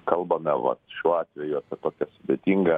kalbame vat šiuo atveju apie tokią sudėtingą